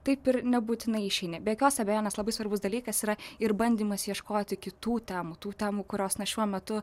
taip ir nebūtinai išeini be jokios abejonės labai svarbus dalykas yra ir bandymas ieškoti kitų temų tų temų kurios na šiuo metu